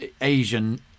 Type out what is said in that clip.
Asian